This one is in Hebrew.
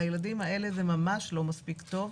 לילדים האלה זה ממש לא מספיק טוב.